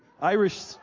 Irish